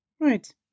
right